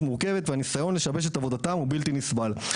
מורכבת והניסיון לשבש את עבודתם הוא בלתי נסבל״.